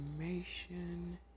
information